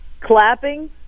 clapping